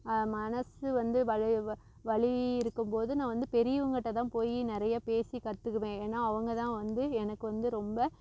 மனது வந்து வல வலி இருக்கும்போது நான் வந்து பெரியவங்கள் கிட்டேதான் போய் நிறைய பேசி கற்றுக்குவேன் ஏன்னால் அவங்கதான் வந்து எனக்கு வந்து ரொம்ப